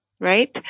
right